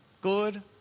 Good